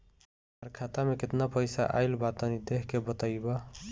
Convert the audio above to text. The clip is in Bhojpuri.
हमार खाता मे केतना पईसा आइल बा तनि देख के बतईब?